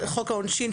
חוק העונשין,